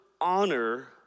honor